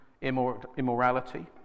immorality